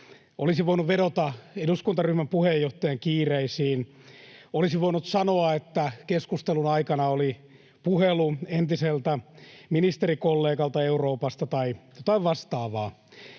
Olisin voinut vedota eduskuntaryhmän puheenjohtajan kiireisiin. Olisin voinut sanoa, että keskustelun aikana oli puhelu entiseltä ministerikollegalta Euroopasta tai jotain vastaavaa.